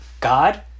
God